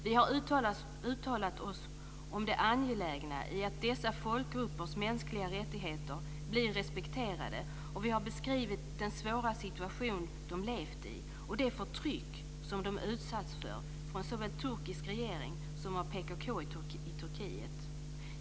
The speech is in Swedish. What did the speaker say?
Vi har uttalat oss om det angelägna i att dessa folkgruppers mänskliga rättigheter blir respekterade. Vi har beskrivit den svåra situation de levt i och det förtryck de utsatts för såväl av turkisk regering som av PKK i Turkiet.